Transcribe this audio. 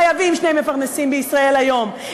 חייבים שני מפרנסים בישראל היום,